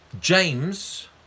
james